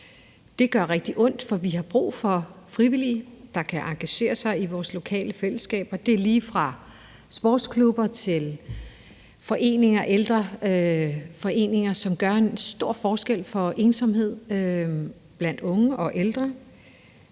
Det gør rigtig ondt, for vi har brug for frivillige, der kan engagere sig i vores lokale fællesskaber. Det er lige fra sportsklubber til ældreforeninger, som gør en stor forskel i forhold til at bekæmpe ensomhed blandt unge og ældre.